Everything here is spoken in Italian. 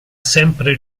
sempre